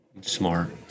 Smart